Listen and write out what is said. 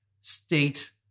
state